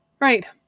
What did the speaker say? Right